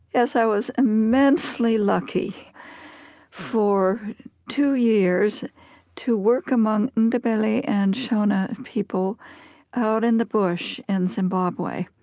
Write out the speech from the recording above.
yes, i was immensely lucky for two years to work among ndebele and shona people out in the bush in zimbabwe.